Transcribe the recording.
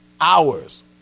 Hours